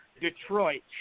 Detroit